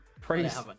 Praise